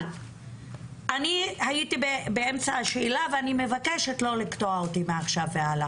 אבל אני הייתי באמצע השאלה ואני מבקשת לא לקטוע אותי מעכשיו והלאה,